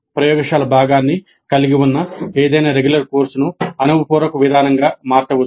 ప్రయోగశాల భాగాన్ని కలిగి ఉన్న ఏదైనా రెగ్యులర్ కోర్సును అనుభవపూర్వక విధానంగా మార్చవచ్చు